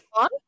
on